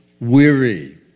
weary